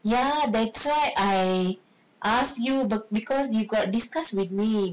ya that's why I ask you because you got discuss with me before this